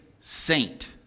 saint